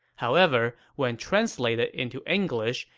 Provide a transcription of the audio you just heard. however, when translated into english,